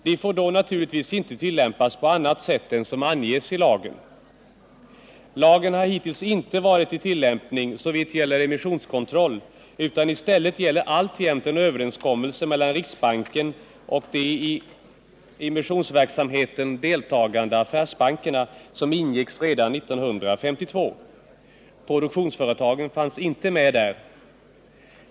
De får då naturligtvis inte tillämpas på annat sätt än som anges i lagen. Lagen har hittills inte varit i tillämpning såvitt gäller emissionskontroll, utan i stället gäller alltjämt en överenskommelse mellan riksbanken och de i emissionsverksamheten deltagande affärsbankerna som ingicks redan 1952. Produktionsföretagen fanns inte med där.